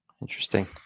Interesting